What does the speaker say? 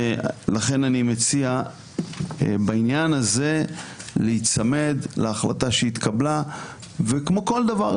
לכן אני מציע בעניין הזה להיצמד להחלטה שהתקבלה וכמו כל דבר,